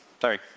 sorry